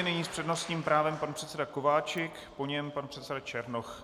Nyní s přednostním právem pan předseda Kováčik, po něm pan předseda Černoch.